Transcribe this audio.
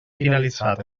finalitzat